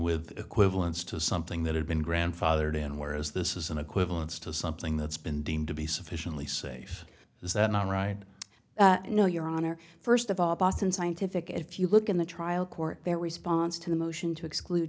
with equivalence to something that had been grandfathered in where as this is an equivalence to something that's been deemed to be sufficiently safe is that not right no your honor first of all boston scientific if you look in the trial court their response to the motion to exclude